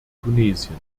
tunesien